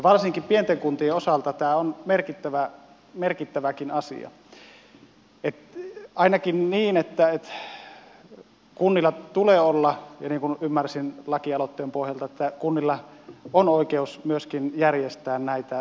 varsinkin pienten kuntien osalta tämä on merkittäväkin asia ainakin niin että kunnilla tulee olla ja niin kuin ymmärsin lakialoitteen pohjalta kunnilla on oikeus myöskin järjestää näitä yhteisesti